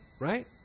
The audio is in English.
right